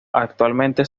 actualmente